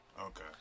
Okay